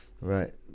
Right